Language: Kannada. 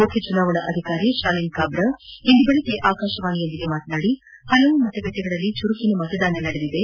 ಮುಖ್ಯ ಚುನಾವಣಾಧಿಕಾರಿ ಶಾಲಿನ್ ಕಾಬ್ರ ಇಂದು ಬೆಳಗ್ಗೆ ಆಕಾಶವಾಣಿಯೊಂದಿಗೆ ಮಾತನಾಡಿ ಹಲವಾರು ಮತಗಟ್ಟೆಗಳಲ್ಲಿ ಚುರುಕಿನ ಮತದಾನ ನಡೆದಿದೆ